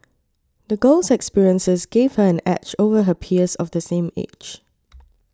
the girl's experiences gave her an edge over her peers of the same age